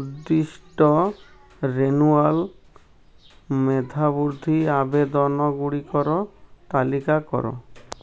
ଉଦ୍ଦିଷ୍ଟ ରିନୁଆଲ ମେଧାବୃତ୍ତି ଆବେଦନଗୁଡ଼ିକର ତାଲିକା କର